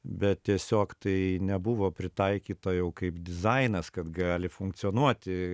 bet tiesiog tai nebuvo pritaikyta jau kaip dizainas kad gali funkcionuoti